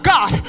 God